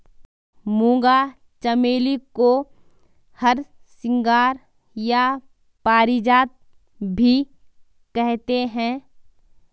मूंगा चमेली को हरसिंगार या पारिजात भी कहते हैं